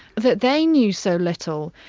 that they knew so little.